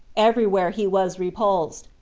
everywhere he was repulsed,